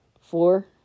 Four